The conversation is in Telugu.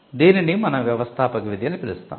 దీనిని మనం వ్యవస్థాపక విధి అని పిలుస్తాము